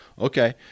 Okay